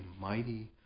mighty